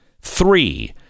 Three